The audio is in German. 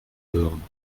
hören